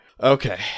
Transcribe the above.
Okay